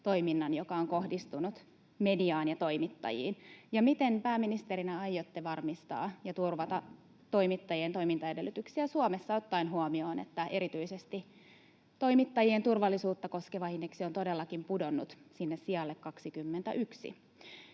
joka on kohdistunut mediaan ja toimittajiin? Ja miten pääministerinä aiotte varmistaa ja turvata toimittajien toimintaedellytyksiä Suomessa ottaen huomioon, että erityisesti toimittajien turvallisuutta koskeva indeksi on todellakin pudonnut sinne sijalle 21?